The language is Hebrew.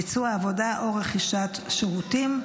ביצוע עבודה או רכישת שירותים,